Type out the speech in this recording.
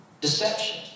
deception